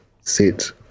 sit